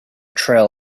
trail